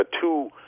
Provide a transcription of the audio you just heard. two